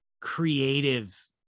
creative